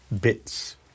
bits